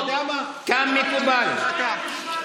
אתה יודע מה, הרמת לי להנחתה.